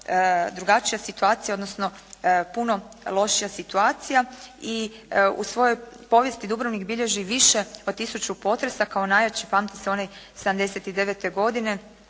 drugačija situacija, odnosno puno lošija situacija i u svojoj povijesti Dubrovnik bilježi više od tisuću potresa. Kao najjači pamti se onaj 79. godine